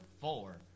four